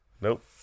Nope